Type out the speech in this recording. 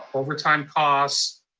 overtime cost,